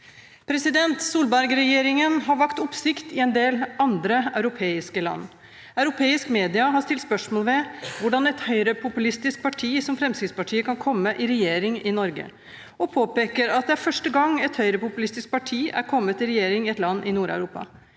det blå. Solberg-regjeringen har vakt oppsikt i en del andre europeiske land. Europeisk media har stilt spørsmål ved hvordan et høyrepopulistisk parti som Fremskrittspartiet kan komme i regjering i Norge, og påpeker at det er første gang et høyrepopulistisk parti er kommet i regjering i et land i Nord-Europa.